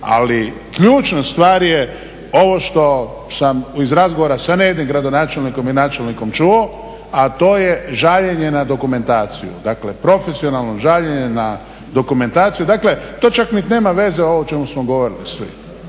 Ali ključna stvar je ovo što sam iz razgovora sa ne jednim gradonačelnikom i načelnikom čuo, a to je žaljenje na dokumentaciju. Dakle, profesionalno žaljenje na dokumentaciju. Dakle, to čak niti nema veze ovo o čemu smo govorili svi.